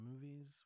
movies